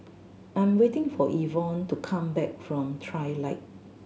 I am waiting for Evonne to come back from Trilight